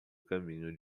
caminho